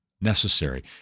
Necessary